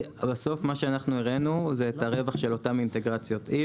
בסוף מה שאנחנו הראינו זה הרווח של אותן אינטגרציות.